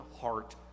heart